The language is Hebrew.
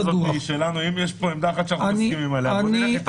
יש פה עמדה אחת שאנחנו מסכימים אתה נלך.